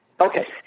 okay